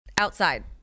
Outside